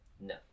No